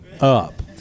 up